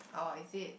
oh is it